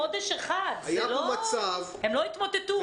חודש אחד הם לא יתמוטטו.